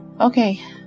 Okay